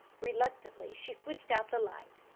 reluctantly she switched out the light.